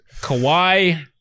Kawhi